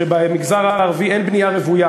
שבמגזר הערבי אין בנייה רוויה,